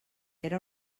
era